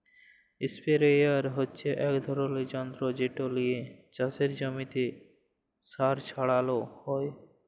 ইসপেরেয়ার হচ্যে এক ধরলের যন্তর যেট লিয়ে চাসের জমিতে সার ছড়ালো হয়